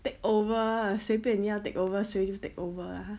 take over 随便你要 takeover 谁就 take over lah ha